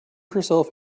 herself